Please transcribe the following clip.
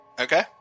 Okay